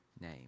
name